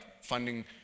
funding